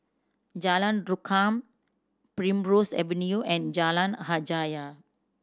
Jalan Rukam Primrose Avenue and Jalan Hajijah